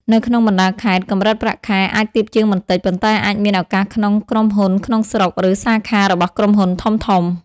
នៅក្នុងបណ្តាខេត្ត កម្រិតប្រាក់ខែអាចទាបជាងបន្តិច ប៉ុន្តែអាចមានឱកាសក្នុងក្រុមហ៊ុនក្នុងស្រុក ឬសាខារបស់ក្រុមហ៊ុនធំៗ។